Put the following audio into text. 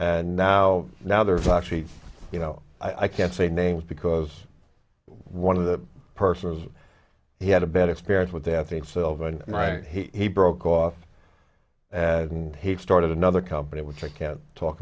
and now now there's actually you know i can't say names because one of the persons he had a bad experience with i think sylvan right he broke off and he started another company which i can't talk